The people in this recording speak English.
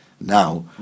now